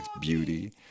Beauty